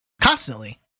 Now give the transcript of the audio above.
constantly